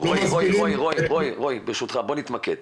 רועי ברשותך בוא נתמקד.